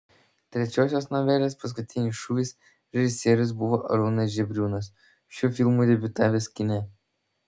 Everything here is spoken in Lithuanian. trečiosios novelės paskutinis šūvis režisierius buvo arūnas žebriūnas šiuo filmu debiutavęs kine